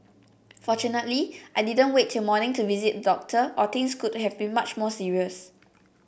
fortunately I didn't wait till morning to visit doctor or things could have been much more serious